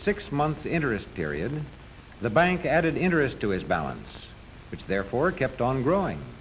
six months interest period the bank added interest to his balance which therefore kept on growing